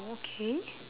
okay